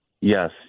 yes